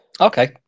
Okay